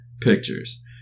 pictures